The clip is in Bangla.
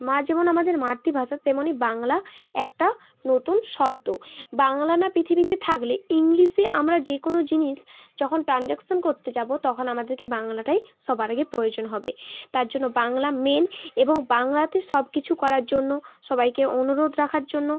মা যেমন আমাদের মাতৃভাষা তেমনই বাংলা একটা নতুন শব্দ বাংলা না পৃথিবীতে থাকলে ইংলিশে আমরা যে কোনো জিনিস যখন ট্রানজাকশান করতে যাবো তখন আমাদেরকে বাংলাটাই সবার আগে প্রয়োজন হবে তার জন্য বাংলা মেন এবং বাংলাতে সব কিছু করার জন্য সবাইকে অনুরোধ রাখার জন্য